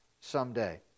someday